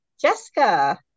Jessica